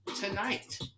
tonight